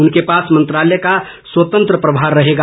उनके पास मंत्रालय का स्वतंत्र प्रभार रहेगा